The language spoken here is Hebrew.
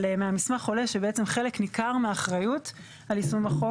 אבל מהמסמך עולה שבעצם חלק ניכר מהאחריות על יישום החוק,